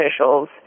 officials